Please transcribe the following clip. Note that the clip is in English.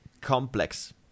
complex